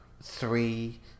three